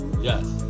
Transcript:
Yes